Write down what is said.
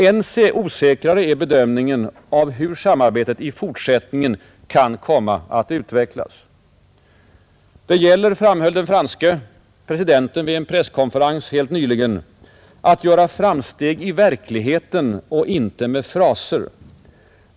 Än osäkrare är bedömningen av hur samarbetet i fortsättningen kan komma att utvecklas. Det gäller — framhöll den franske presidenten vid en presskonferens helt nyligen — att göra framsteg i verkligheten och inte med fraser.